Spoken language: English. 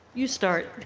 you start